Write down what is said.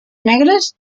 negres